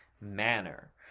manner